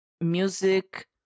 music